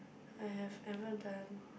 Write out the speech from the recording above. I have ever done